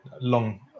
long